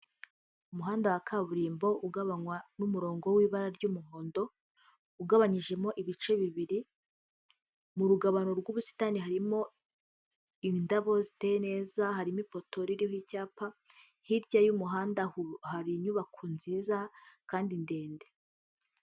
Umuhanda wa kaburimbo ugabanywa n'umurongo w'ibara ry'umuhondo ugabanyijemo ibice bibiri mu rugabano rw'ubusitani harimo indabo ziteye neza, harimo ipoto ririho icyapa, hirya y'umuhanda hari inyubako nziza kandi ndende.